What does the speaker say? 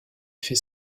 fait